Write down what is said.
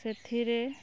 ସେଥିରେ